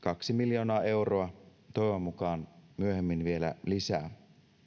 kaksi miljoonaa euroa toivon mukaan myöhemmin vielä lisää